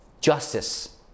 Justice